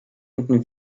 könnten